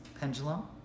pendulum